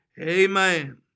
Amen